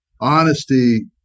honesty